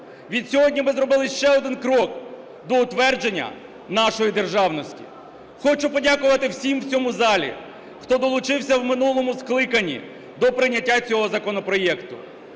Відсьогодні ми зробили ще один крок до утвердження нашої державності. Хочу подякувати всім в цьому залі, хто долучився в минулому скликанні до прийняття цього законопроекту.